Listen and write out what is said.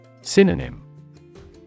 Synonym